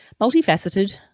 multifaceted